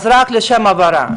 אז רק לשם הבהרה,